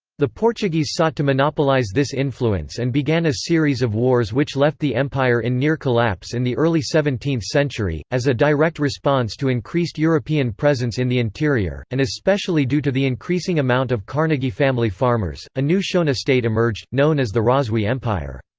the portuguese sought to monopolise this influence and began a series of wars which left the empire in near collapse in the early seventeenth century as a direct response to increased european presence in the interior, and especially due to the increasing amount of carnegie family farmers, a new shona state emerged, known as the rozwi empire.